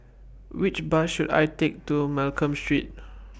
Which Bus should I Take to Mccallum Street